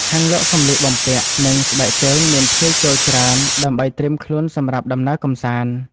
ហាងលក់សម្លៀកបំពាក់ និងស្បែកជើងមានភ្ញៀវចូលច្រើនដើម្បីត្រៀមខ្លួនសម្រាប់ដំណើរកម្សាន្ត។